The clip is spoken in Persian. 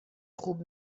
خوب